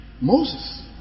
Moses